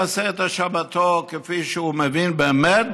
יעשה את שבתו כפי שהוא מבין באמת,